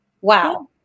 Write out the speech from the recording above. wow